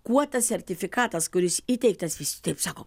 kuo tas sertifikatas kuris įteiktas visi taip sako